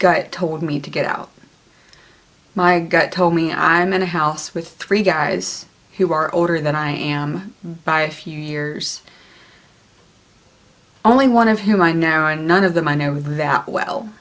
gut told me to get out my gut told me i'm in a house with three guys who are older than i am by a few years only one of whom i now and none of them i know that well